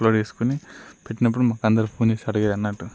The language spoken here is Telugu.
అప్లోడ్ చేసుకొని పెట్టినప్పుడు మాకు అందరూ ఫోన్ చేసి అడిగేవారన్నట్టు